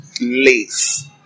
lace